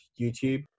YouTube